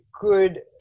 good